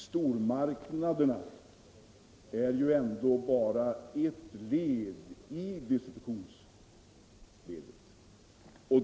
Stormarknaderna är bara ett led i distributionsskedjan.